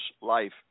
life